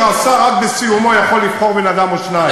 שהשר רק בסיומו יכול לבחור בן-אדם או שניים.